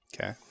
Okay